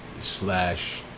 slash